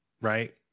right